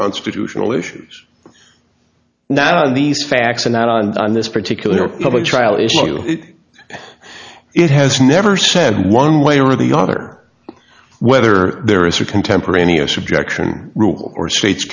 constitutional issues not on these facts and not on this particular public trial issue it has never said one way or the other whether there is or contemporaneous objection rule or states